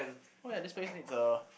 oh yeah this place needs a